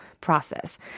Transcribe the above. process